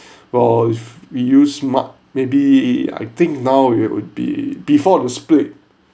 we use smart maybe I think now it would be before the split